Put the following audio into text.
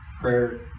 Prayer